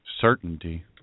Certainty